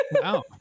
Wow